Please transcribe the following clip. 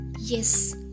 Yes